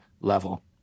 level